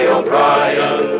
O'Brien